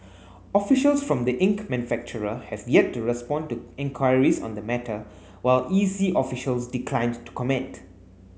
officials from the ink manufacturer have yet to respond to enquiries on the matter while E C officials declined to comment